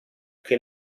che